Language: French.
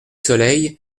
soleil